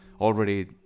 already